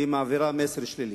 היא מעבירה מסר שלילי.